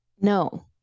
No